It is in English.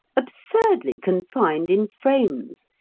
absurdly confined in frames,